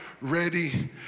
ready